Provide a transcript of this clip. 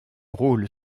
rôle